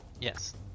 yes